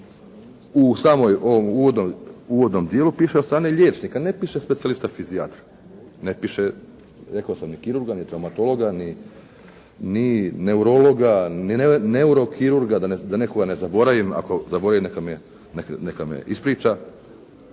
u samom uvodnom dijelu piše od strane liječnika, ne piše specijalista fizijatra, ne piše rekao sam ni kirurga, ni traumatologa, ni neurologa, neurokirurga, da nekoga ne zaboravim, ako zaboravim neka me ispriča.